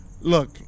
Look